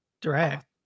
direct